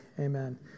amen